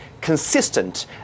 consistent